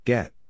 Get